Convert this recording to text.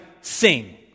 sing